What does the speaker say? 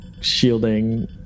shielding